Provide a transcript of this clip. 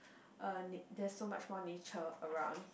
uh na~ there's so much more nature around